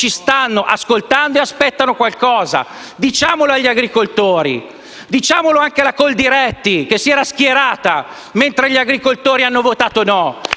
stanno ascoltando e aspettano qualcosa. Diciamolo agli agricoltori, diciamolo anche alla Coldiretti, che si era schierata mentre gli agricoltori hanno votato no.